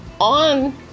on